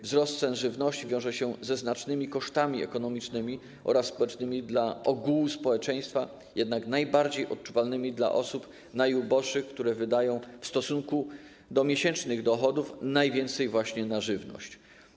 Wzrost cen żywności wiąże się ze znacznymi kosztami ekonomicznymi oraz społecznymi dla ogółu społeczeństwa, jednak najbardziej odczuwalny jest dla osób najuboższych, które wydają w stosunku do miesięcznych dochodów najwięcej właśnie na żywność.